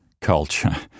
culture